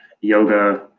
yoga